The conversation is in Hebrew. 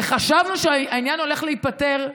וחשבנו שהעניין הולך להיפתר,